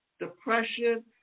depression